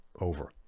over